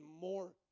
more